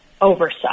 oversight